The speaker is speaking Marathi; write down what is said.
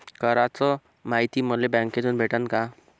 कराच मायती मले बँकेतून भेटन का?